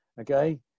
Okay